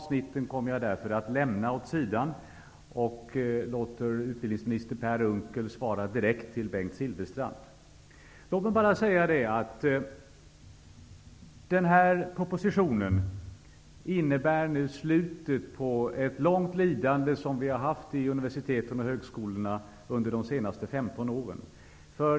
Därför lämnar jag dessa avsnitt åt sidan, för att låta utbildningsminister Per Unckel svara Bengt Låt mig bara säga att den här propositionen innebär slutet på ett långt lidande, som vi haft under de senaste 15 åren i universitet och högskolor.